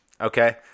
Okay